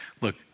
look